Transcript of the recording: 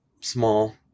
small